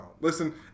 Listen